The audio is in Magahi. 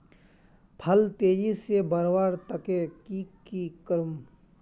फल तेजी से बढ़वार केते की की करूम?